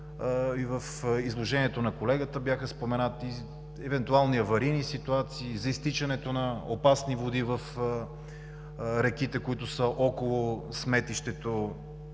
в изложението на колегата бяха споменати евентуални аварийни ситуации, за изтичане на опасни води в реките, които са около сметището,